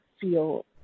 feel